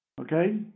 Okay